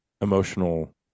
emotional